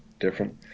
different